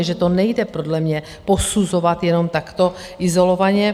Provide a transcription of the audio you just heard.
Že to nejde podle mě posuzovat jenom takto izolovaně.